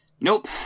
Nope